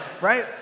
right